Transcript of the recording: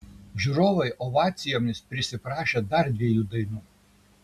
žiūrovai ovacijomis prisiprašė dar dviejų dainų